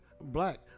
black